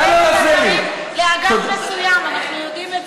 נא לא להפריע לי, אין קשר.